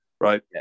right